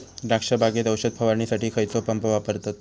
द्राक्ष बागेत औषध फवारणीसाठी खैयचो पंप वापरतत?